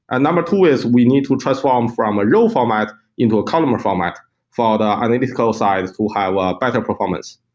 number two is we need to transform from a row format into a columnar format for the analytical side to have ah a better performance.